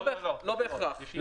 לא בהכרח.